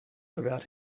about